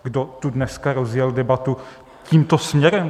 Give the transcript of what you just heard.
Kdo tu dneska rozjel debatu tímto směrem?